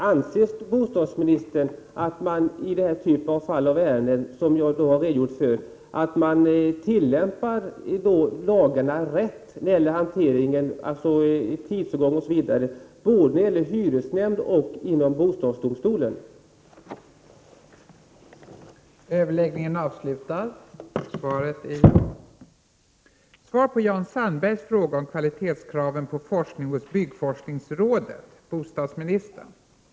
Fru talman! Då vill jag ställa en konkret fråga till bostadsministern: Anser bostadsministern att man inom både hyresnämnd och bostadsdomstol vid den typ av ärenden som jag har redogjort för tillämpar lagarna på ett riktigt sätt när det gäller tidsåtgång m.m.?